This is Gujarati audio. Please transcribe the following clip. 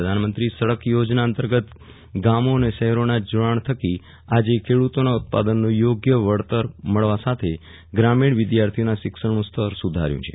પ્રધાનમંત્રી સડક યોજના હેઠળ ગામો અને શહેરોના જોડાણ થકી આજે ખેડુતોના ઉત્પાદનનું યોગ્ય વળતર મળવા સાથે ગ્રામીણ વિદ્યાર્થીઓના શિક્ષણનું સ્તર સુધાર્યુ છે